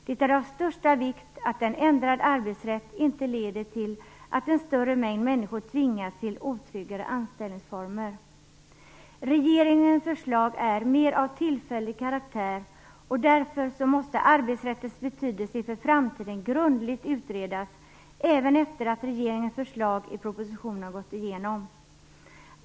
Det är av största vikt att en ändrad arbetsrätt inte leder till att en större mängd människor tvingas till otryggare anställningsformer. Regeringens förslag är mer av tillfällig karaktär, och därför måste arbetsrättens betydelse inför framtiden grundligt utredas, även efter att regeringens förslag i propositionen har gått igenom.